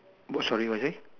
what sorry what you say